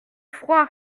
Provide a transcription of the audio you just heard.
froid